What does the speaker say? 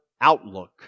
outlook